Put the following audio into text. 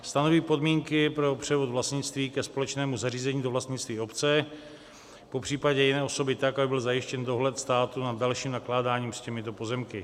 Stanoví podmínky pro převod vlastnictví ke společnému zařízení do vlastnictví obce, popřípadě jiné osoby tak, aby byl zajištěn dohled státu nad dalším nakládáním s těmito pozemky.